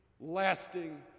lasting